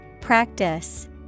Practice